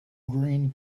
green